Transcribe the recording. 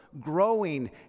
growing